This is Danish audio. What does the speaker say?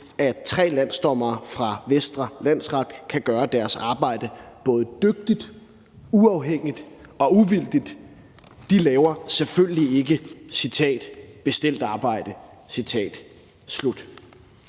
at tre landsdommere fra Vestre Landsret kan gøre deres arbejde både dygtigt, uafhængigt og uvildigt. De laver selvfølgelig ikke, og jeg citerer: bestilt arbejde.